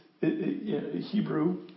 Hebrew